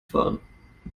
fahren